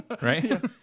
right